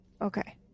Okay